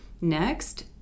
next